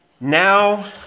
Now